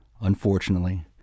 unfortunately